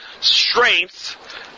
strength